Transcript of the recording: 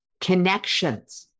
connections